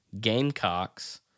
Gamecocks